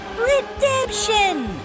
redemption